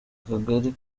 kagari